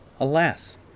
Alas